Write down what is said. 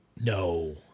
No